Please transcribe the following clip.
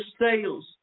sales